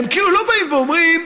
הם כאילו לא באים ואומרים,